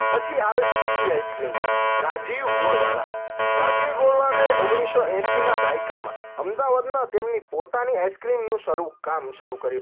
પછી આવે GG ice cream Rajiv Golwala Rajiv ગોળવાળાએ ઓગણીસો એંસીના દાયકામાં અમદાવાદમાં તેમની પોતાની આઇસક્રીમનું શરૂ કામ શરૂ કર્યું